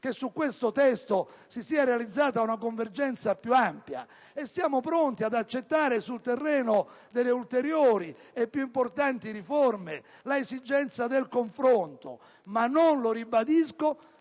che su questo testo si sia realizzata una convergenza più ampia e siamo pronti ad accettare, sul terreno delle ulteriori e più importanti riforme, l'esigenza del confronto. Ribadisco,